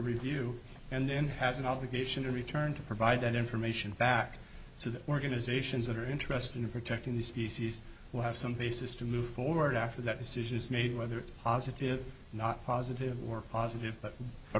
review and then has an obligation to return to provide that information back so that organizations that are interested in protecting the species will have some places to move forward after that decision is made whether it's positive not positive or positive